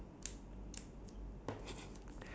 like the consequences lah ya